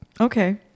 Okay